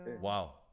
Wow